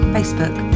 Facebook